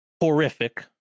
horrific